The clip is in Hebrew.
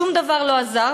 שום דבר לא עזר,